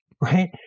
right